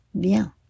bien